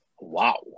Wow